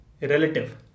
relative